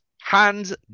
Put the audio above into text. Hands